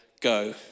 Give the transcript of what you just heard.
go